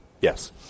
Yes